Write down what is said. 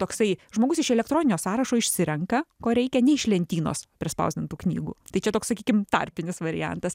toksai žmogus iš elektroninio sąrašo išsirenka ko reikia ne iš lentynos prie spausdintų knygų tai čia toks sakykim tarpinis variantas